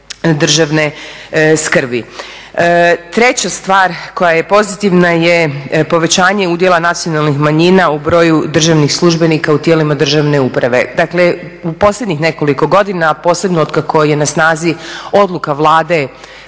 državne skrbi. Treća stvar koja je pozitivna je povećanje udjela nacionalnih manjina u broju državnih službenika u tijelima državne uprave. Dakle, u posljednjih nekoliko godina, a posebno otkako je na snazi odluka Vlade,